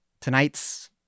Tonight's